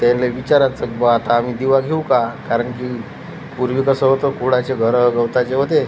त्यांना विचारायचं की बुवा आता आम्ही दिवा घेऊ का कारण की पूर्वी कसं होतं कुडाचे घरं गवताचे होते